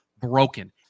broken